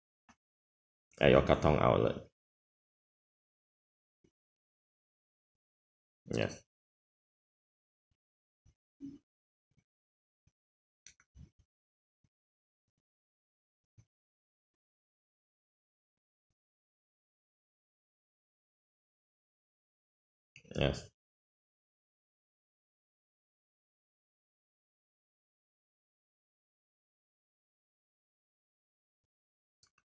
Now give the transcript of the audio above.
at your katong outlet ya yes